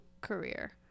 career